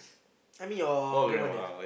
I mean your grandmother